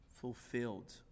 fulfilled